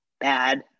bad